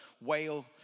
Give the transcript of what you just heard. whale